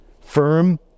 firm